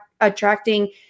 attracting